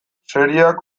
serieak